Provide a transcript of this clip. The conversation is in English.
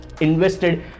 invested